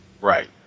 Right